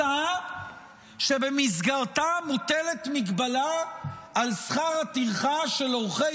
הצעה שבמסגרתה מוטלת מגבלה על שכר טרחה של עורכי